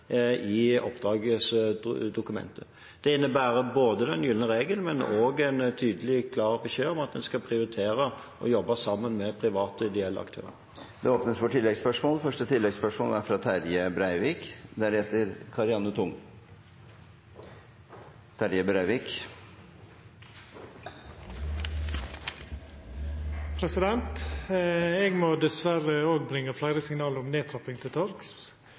i oppdragsdokumentet. Det innebærer den gylne regel, men også en tydelig og klar beskjed om at en skal prioritere å jobbe sammen med private ideelle aktører. Det åpnes for oppfølgingsspørsmål – først Terje Breivik. Eg må dessverre òg bringa fleire signal om nedtrapping til torgs.